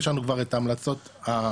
יש לנו כבר את ההמלצות הסופיות,